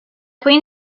queen